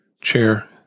chair